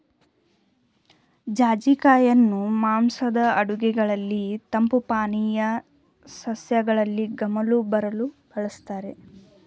ಜಾಜಿ ಕಾಯಿಯನ್ನು ಮಾಂಸದ ಅಡುಗೆಗಳಲ್ಲಿ, ತಂಪು ಪಾನೀಯ, ಸಾಸ್ಗಳಲ್ಲಿ ಗಮಲು ಬರಲು ಬಳ್ಸತ್ತರೆ